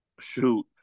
Shoot